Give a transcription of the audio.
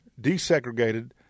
desegregated